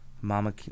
mama